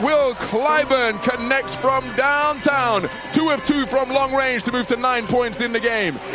will clyburn connects from downtown, two of two from long-range to move to nine points in the game!